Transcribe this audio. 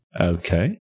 Okay